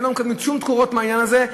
הם לא מקבלים שום תקורות מהעניין הזה.